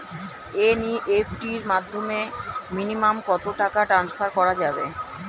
NEFT এর মাধ্যমে minimum কত টাকা টান্সফার করা যাবে?